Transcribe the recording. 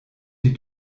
die